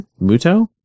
Muto